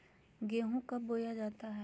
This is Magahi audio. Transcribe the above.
गेंहू कब बोया जाता हैं?